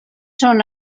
són